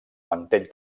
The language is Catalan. mantell